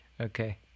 Okay